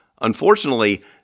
Unfortunately